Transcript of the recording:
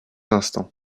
instants